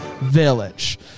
village